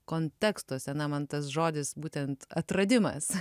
kontekstuose na man tas žodis būtent atradimas